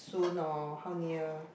soon or how near